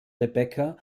rebecca